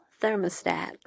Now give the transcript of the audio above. thermostat